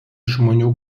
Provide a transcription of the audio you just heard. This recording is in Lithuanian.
žmonių